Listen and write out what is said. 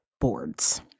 boards